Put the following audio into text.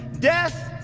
death,